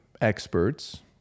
experts